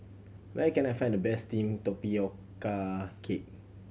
where can I find the best steamed tapioca cake